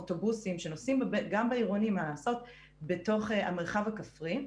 אוטובוסים שנוסעים גם בתוך המרחב הכפרי,